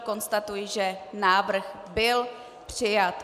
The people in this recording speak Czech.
Konstatuji, že návrh byl přijat.